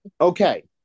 Okay